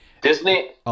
Disney